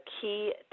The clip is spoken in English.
key